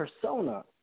persona